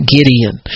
Gideon